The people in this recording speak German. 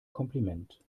kompliment